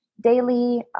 daily